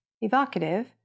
evocative